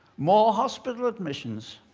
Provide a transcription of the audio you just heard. more hospital admissions.